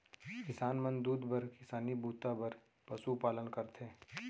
किसान मन दूद बर किसानी बूता बर पसु पालन करथे